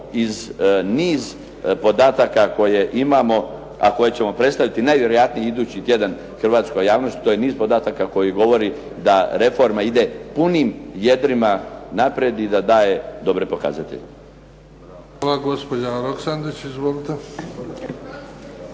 iz niza podataka koje imamo, a koje ćemo predstaviti najvjerojatnije idući tjedan hrvatskoj javnosti. To je niz podataka koji govore da reforma ide punim vjetrima naprijed i da daje dobre pokazatelje. **Bebić, Luka (HDZ)** Hvala.